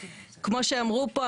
כמו שאמרו פה,